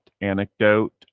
anecdote